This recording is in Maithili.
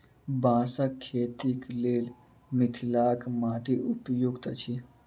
बाँसक खेतीक लेल मिथिलाक माटि उपयुक्त अछि